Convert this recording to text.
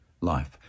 life